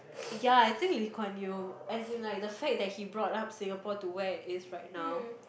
ya I think Lee Kuan Yew as in like the fact that he brought up Singapore to where it is right now